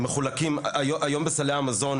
היום בסלי המזון,